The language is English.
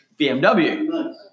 BMW